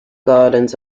gardens